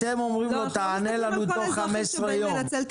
אתם אומרים שהוא יענה לכם תוך לכם תוך 15 ימים.